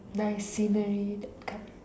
nice scenery that kind